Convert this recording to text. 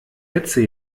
hetze